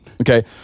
Okay